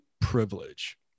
privilege